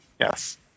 Yes